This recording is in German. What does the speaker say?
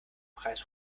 preis